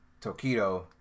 Tokido